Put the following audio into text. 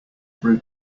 brew